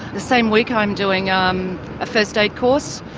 the same week i'm doing um a first aid course,